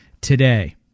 today